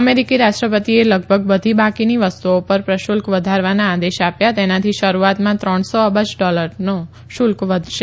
અમેરિકી રાષ્ટ્રપતિએ લગભગ બધી બાકીની વસ્તુઓ પર પ્રશુલ્ક વધારવાના આદેશ આપ્યા તેનાથી શરૂઆતમાં ત્રણસો અબજ ડોલરનો શુલ્ક વધશે